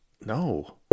No